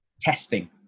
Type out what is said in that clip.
testing